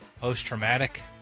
Post-traumatic